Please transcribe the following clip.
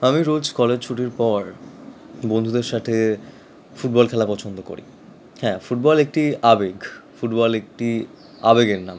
আমি রোজ কলেজ ছুটির পর বন্ধুদের সাথে ফুটবল খেলা পছন্দ করি হ্যাঁ ফুটবল একটি আবেগ ফুটবল একটি আবেগের নাম